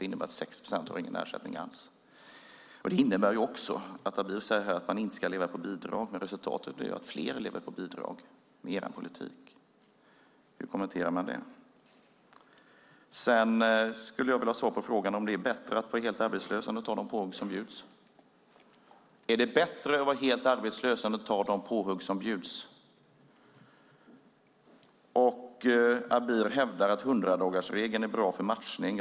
Det innebär att 60 procent inte har någon ersättning alls. Abir säger att man inte ska leva på bidrag. Men resultatet av detta blir att fler lever på bidrag med er politik. Hur kommenterar ni det? Jag skulle också vilja ha svar på frågan om huruvida det är bättre att vara helt arbetslös än att ta de påhugg som bjuds. Abir hävdar att 100-dagarsregeln är bra för matchning.